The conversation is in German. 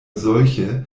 solche